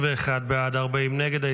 31 בעד, 40 נגד.